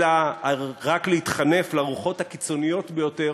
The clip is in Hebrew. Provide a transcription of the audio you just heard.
אלא רק להתחנף לרוחות הקיצוניות ביותר